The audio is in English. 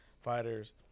fighters